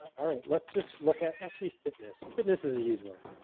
all right, let's just look at actually fitness. fitness is a huge one.